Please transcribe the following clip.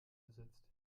ersetzt